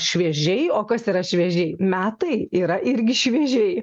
šviežiai o kas yra šviežiai metai yra irgi šviežiai